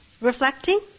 reflecting